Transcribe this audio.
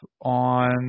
on